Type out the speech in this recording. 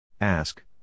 Ask